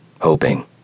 hoping